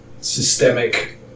systemic